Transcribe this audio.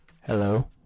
Hello